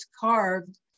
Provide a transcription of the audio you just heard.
carved